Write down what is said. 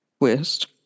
twist